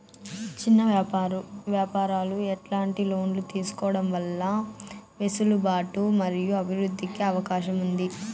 చిన్న వ్యాపారాలు ఎట్లాంటి లోన్లు తీసుకోవడం వల్ల వెసులుబాటు మరియు అభివృద్ధి కి అవకాశం ఉంది?